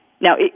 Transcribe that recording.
Now